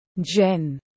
Jen